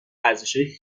ارزشهای